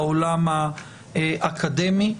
העולם האקדמי.